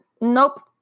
Nope